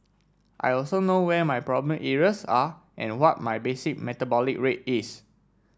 I also know where my problem areas are and what my basic metabolic rate is